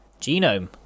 Genome